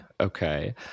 okay